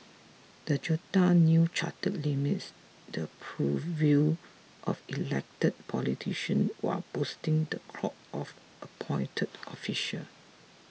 the junta's new charter limits the purview of elected politician while boosting the clout of appointed officials